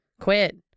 quit